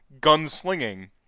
gunslinging